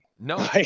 No